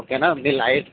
ఓకేనా మీ లైఫ్